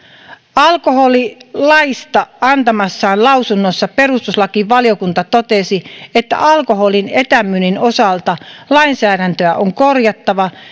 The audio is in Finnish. alkoholilaista antamassaan lausunnossa perustuslakivaliokunta totesi että alkoholin etämyynnin osalta lainsäädäntöä on korjattava